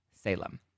Salem